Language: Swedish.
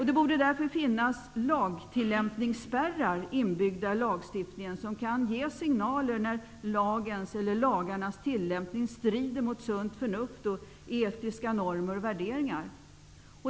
Det borde därför finnas lagtillämpningsspärrar inbyggda i lagstiftningen som kan ge signaler när lagens eller lagarnas tillämpning strider mot sunt förnuft och etiska normer och värderingar.